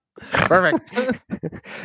perfect